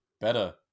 better